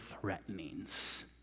threatenings